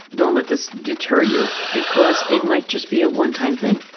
don't let this deter you because it might just be a one-time thing.